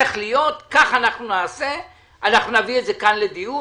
כך נעשה, נביא את זה כאן לדיון